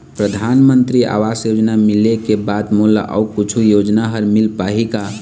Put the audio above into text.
परधानमंतरी आवास योजना मिले के बाद मोला अऊ कुछू योजना हर मिल पाही का?